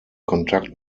kontakt